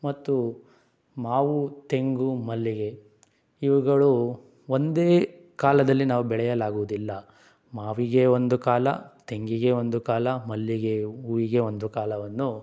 ಮತ್ತು ಮಾವು ತೆಂಗು ಮಲ್ಲಿಗೆ ಇವುಗಳು ಒಂದೇ ಕಾಲದಲ್ಲಿ ನಾವು ಬೆಳೆಯಲಾಗುವುದಿಲ್ಲ ಮಾವಿಗೇ ಒಂದು ಕಾಲ ತೆಂಗಿಗೇ ಒಂದು ಕಾಲ ಮಲ್ಲಿಗೆ ಹೂವಿಗೇ ಒಂದು ಕಾಲವನ್ನು